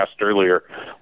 earlier